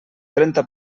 trenta